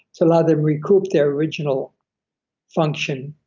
to let them recoup their original function,